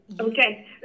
okay